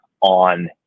on